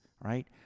right